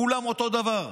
כולם אותו דבר.